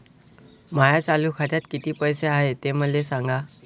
माया चालू खात्यात किती पैसे हाय ते मले सांगा